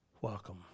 welcome